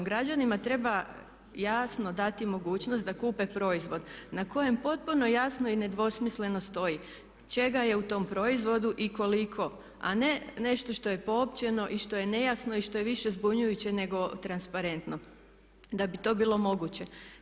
Građanima treba jasno dati mogućnost da kupe proizvod na kojem potpuno jasno i nedvosmisleno stoji čega je u tom proizvodu i koliko, a ne nešto što je poopćeno i što je nejasno i što je više zbunjujuće nego transparentno da bi to bilo moguće.